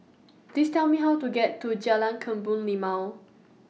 Please Tell Me How to get to Jalan Kebun Limau